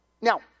Now